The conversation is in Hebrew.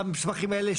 המסמכים האלה.